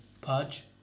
Purge